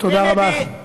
או בקניה, תודה רבה.